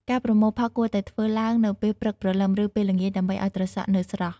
ការប្រមូលផលគួរតែធ្វើឡើងនៅពេលព្រឹកព្រលឹម ឬពេលល្ងាចដើម្បីឲ្យត្រសក់នៅស្រស់។